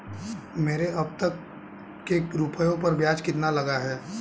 मेरे अब तक के रुपयों पर ब्याज कितना लगा है?